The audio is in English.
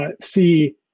see